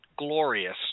glorious